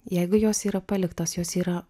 jeigu jos yra paliktos jos yra